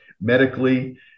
medically